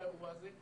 לאירוע הזה.